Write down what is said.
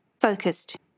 focused